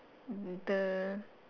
the